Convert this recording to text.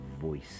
voice